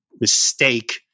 mistake